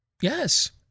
Yes